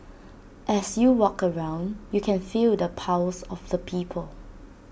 as you walk around you can feel the pulse of the people